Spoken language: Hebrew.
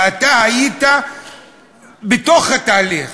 ואתה היית בתוך התהליך,